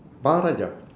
மகாராஜா:makaaraajaa